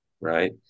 right